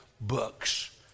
books